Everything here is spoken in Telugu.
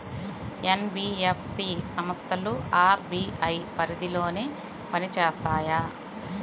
ఎన్.బీ.ఎఫ్.సి సంస్థలు అర్.బీ.ఐ పరిధిలోనే పని చేస్తాయా?